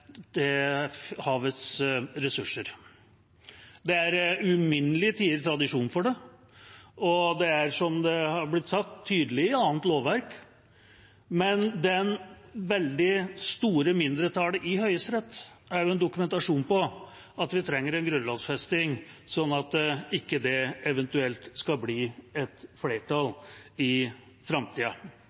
havets ressurser. Det er uminnelige tiders tradisjon for det, og som det er blitt sagt, er det tydelig i annet lovverk. Men det veldig store mindretallet i Høyesterett er en dokumentasjon på at vi trenger en grunnlovfesting, sånn at det ikke eventuelt skal bli til et flertall i framtida.